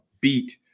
beat –